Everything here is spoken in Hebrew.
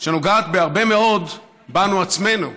שנוגעת בהרבה מאוד בנו עצמנו,